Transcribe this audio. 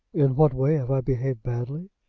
in what way have i behaved badly?